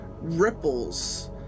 Ripples